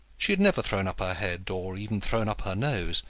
she had never thrown up her head, or even thrown up her nose,